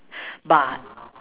but